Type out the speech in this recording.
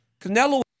Canelo